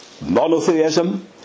Monotheism